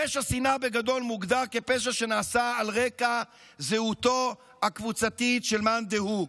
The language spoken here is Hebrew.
פשע שנאה מוגדר בגדול כפשע שנעשה על רקע זהותו הקבוצתית של מאן דהוא.